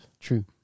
True